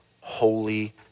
holy